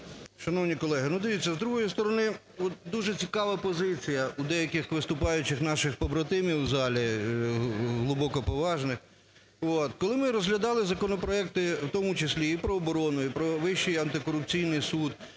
Шановні колеги, дивіться, з другої сторони, от дуже цікава позиція у деяких виступаючих наших побратимів в залі глибокоповажних. Коли ми розглядали законопроекти, в тому числі і про оборону, і про Вищий антикорупційний суд,